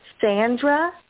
Sandra